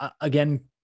again